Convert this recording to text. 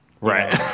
Right